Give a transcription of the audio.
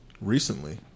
Recently